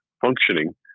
functioning